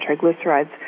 triglycerides